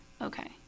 okay